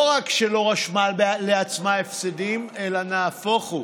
לא רק שהיא לא רשמה לעצמה הפסדים, אלא נהפוך הוא: